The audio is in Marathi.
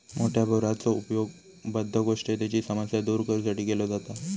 मोठ्या बोराचो उपयोग बद्धकोष्ठतेची समस्या दूर करू साठी केलो जाता